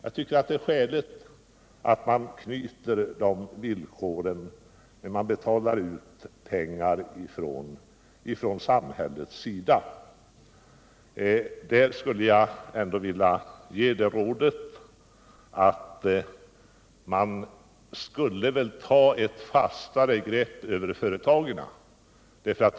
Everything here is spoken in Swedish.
Det är skäligt att samhället ställer sådana villkor när man betalar ut skattepengar. Jag skulle vilja ge industriministern rådet att ta ett fastare grepp om företagen i de här sammanhangen.